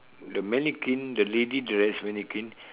the mannequin the lady dressed mannequin